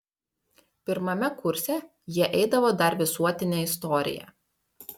pirmame kurse jie eidavo dar visuotinę istoriją